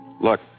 Look